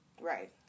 Right